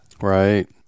right